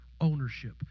ownership